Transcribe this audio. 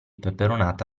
peperonata